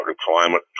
climate